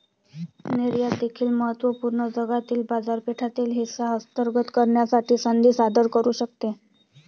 निर्यात देखील महत्त्व पूर्ण जागतिक बाजारपेठेतील हिस्सा हस्तगत करण्याची संधी सादर करू शकते